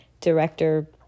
director